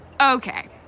Okay